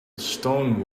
stone